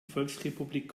volksrepublik